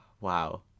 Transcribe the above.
Wow